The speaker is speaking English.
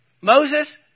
Moses